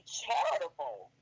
charitable